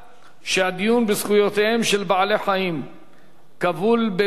שהדיון בזכויותיהם של בעלי-החיים כבול במסגרת